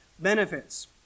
benefits